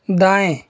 दाएँ